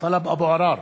טלב אבו עראר,